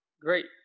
Great